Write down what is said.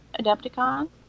Adepticon